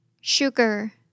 sugar